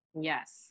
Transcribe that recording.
Yes